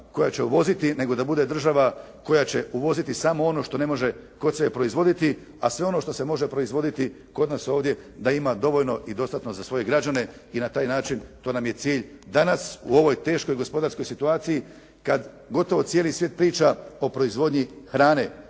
koja će uvoziti nego da bude država koja će uvoziti samo ono što ne može kod sebe proizvoditi a sve ono što se može proizvoditi kod nas ovdje da ima dovoljno i dostatno za svoje građane i na taj način to nam je cilj danas u ovoj teškoj gospodarskoj situaciji kad gotovo cijeli svijet priča o proizvodnji hrane.